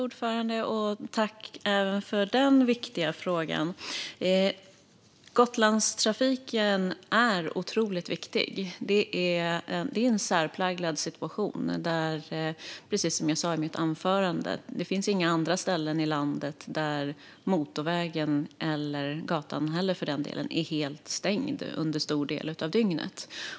Fru talman! Jag tackar även för denna viktiga fråga. Gotlandstrafiken är otroligt viktig. Det är en särpräglad situation. Precis som jag sa i mitt anförande finns det inga andra ställen i landet där motorvägen, eller gatan för den delen, är helt stängd under stor del av dygnet.